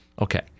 Okay